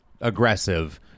aggressive